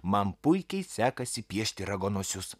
man puikiai sekasi piešti raganosius